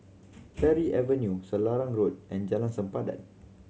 Parry Avenue Selarang Road and Jalan Sempadan